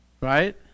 right